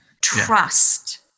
Trust